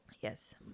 Yes